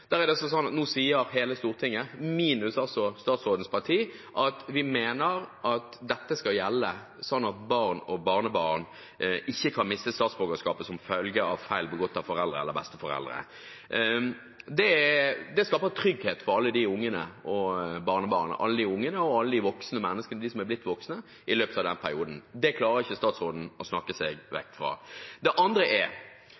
Nå sier hele Stortinget minus statsrådens parti at vi mener at dette skal gjelde, slik at barn og barnebarn ikke kan miste statsborgerskapet som følge av feil begått av foreldre eller besteforeldre. Det skaper trygghet for alle ungene og barnebarna og alle de som har blitt voksne i løpet av den perioden. Det klarer ikke statsråden å snakke seg